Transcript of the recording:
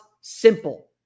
simple